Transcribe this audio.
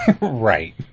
Right